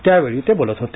त्यावेळी ते बोलत होते